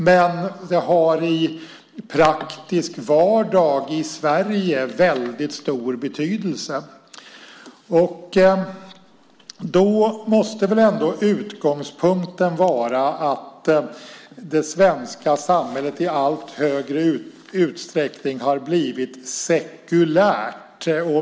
Men den har i praktisk vardag i Sverige väldigt stor betydelse. Då måste ändå utgångspunkten vara att det svenska samhället i allt högre utsträckning har blivit sekulärt.